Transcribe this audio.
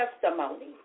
testimony